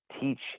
teach